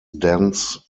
dense